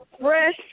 fresh